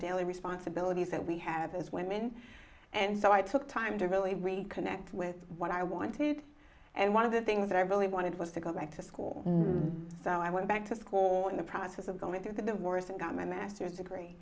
daily responsibilities that we have as women and so i took time to really reconnect with what i wanted and one of the things that i really wanted was to go back to school so i went back to school in the process of going through the divorce and got my masters degree